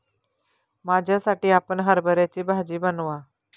माझ्यासाठी आपण हरभऱ्याची भाजी बनवा